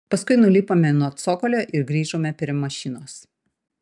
paskui nulipome nuo cokolio ir grįžome prie mašinos